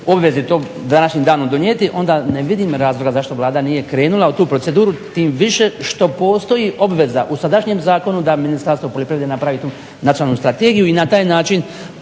obvezni to do današnjeg dana donijeti onda ne vidim razloga zašto Vlada nije krenula u tu proceduru tim više što postoji obveza u sadašnjem zakonu da Ministarstvo poljoprivrede napravi tu nacionalnu strategiju i na taj način